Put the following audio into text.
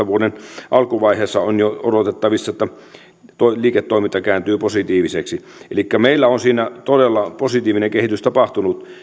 vuoden kaksituhattakahdeksantoista alkuvaiheessa on jo odotettavissa että liiketoiminta kääntyy positiiviseksi elikkä meillä on siinä todella positiivinen kehitys tapahtunut